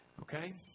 Okay